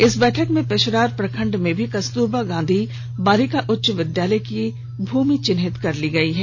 इस बैठक में पेशरार प्रखण्ड में भी कस्तुरबा गांधी बालिका उच्च विद्यालय के भूमि चिन्हित कर ली गई है